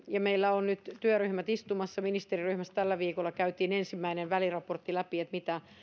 ja meillä on nyt työryhmät istumassa ministeriryhmässä tällä viikolla käytiin ensimmäinen väliraportti läpi mitä